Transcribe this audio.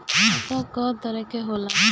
खाता क तरह के होला?